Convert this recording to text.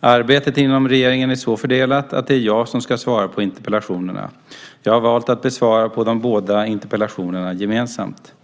Arbetet inom regeringen är så fördelat att det är jag som ska svara på interpellationerna. Jag har valt att besvara de båda interpellationerna gemensamt.